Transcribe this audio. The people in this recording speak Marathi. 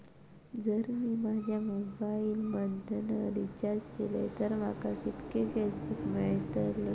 जर मी माझ्या मोबाईल मधन रिचार्ज केलय तर माका कितके कॅशबॅक मेळतले?